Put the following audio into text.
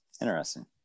Interesting